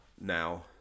now